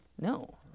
No